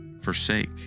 forsake